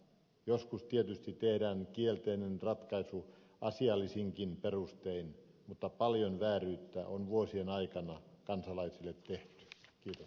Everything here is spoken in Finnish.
joskus tietysti tehdään kielteinen ratkaisu asiallisinkin perustein mutta paljon vääryyttä on vuosien aikana kansalaisille tehty